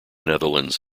netherlands